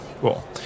Cool